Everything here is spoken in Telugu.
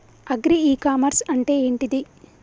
అగ్రి ఇ కామర్స్ అంటే ఏంటిది?